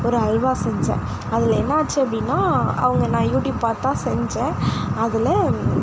ஒரு அல்வா செஞ்சேன் அதில் என்னாச்சு அப்படின்னா அவங்க நான் யூடியூப் பார்த்துதான் செஞ்சேன் அதில்